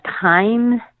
time